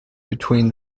between